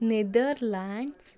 Netherlands